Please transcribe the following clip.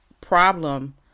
problem